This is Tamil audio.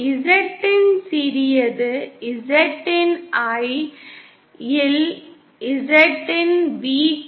Z இன் சிறியது Z இன் I இல் Z இன் V க்கு சமம்